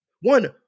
one